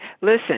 listen